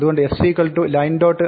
അതുകൊണ്ട് s line